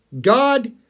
God